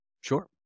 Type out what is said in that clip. Sure